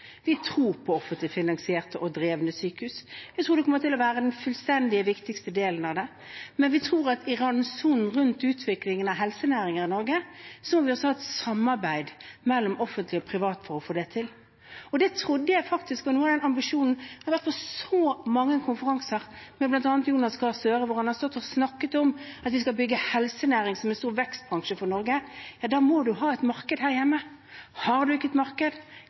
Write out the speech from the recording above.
Vi tror på offentlig finansierte og drevne sykehus. Vi tror det kommer til å være den aller viktigste delen av det, men vi tror at vi i randsonen rundt utviklingen av helsenæringen i Norge også må ha et samarbeid mellom offentlig og privat for å få det til – og det trodde jeg faktisk var noe av ambisjonen. Jeg har vært på så mange konferanser med bl.a. Jonas Gahr Støre, hvor han har stått og snakket om at vi skal bygge helsenæring som en stor vekstbransje for Norge. Ja, da må man ha et marked her hjemme. Har man ikke et marked,